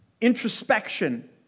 introspection